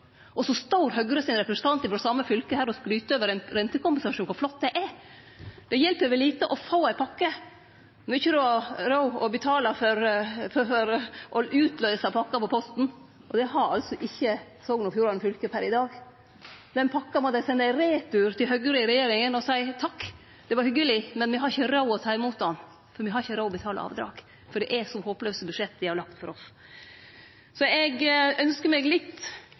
Og så står Høgre sin representant frå det same fylket og skryter av kor flott rentekompensasjonsordninga er. Det hjelper vel lite å få ei pakke når ein ikkje har råd til å betale for å løyse ut pakka på Posten. Det har altså ikkje Sogn og Fjordane fylke per i dag. Den pakka må dei sende i retur til Høgre i regjering og seie takk, det var hyggeleg, men vi har ikkje råd til å ta ho imot, for me har ikkje råd til å betale avdrag med det håplause budsjettet de har lagt for oss. Eg ynskjer meg litt